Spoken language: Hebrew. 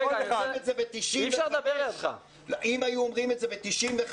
אם היו אומרים את זה ב-95',